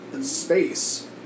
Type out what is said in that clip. space